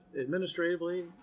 administratively